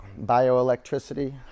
bioelectricity